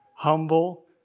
humble